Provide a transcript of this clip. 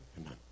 Amen